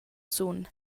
sun